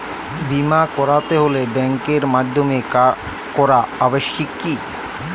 বিমা করাতে হলে ব্যাঙ্কের মাধ্যমে করা আবশ্যিক কি?